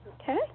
Okay